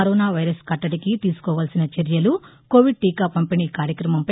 corona virus కట్టడికి తీసుకోవాల్సిన చర్యలు కోవిడ్ టీకా పంపిణీ కార్యక్రమంపై